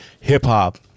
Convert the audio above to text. hip-hop